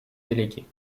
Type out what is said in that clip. déléguée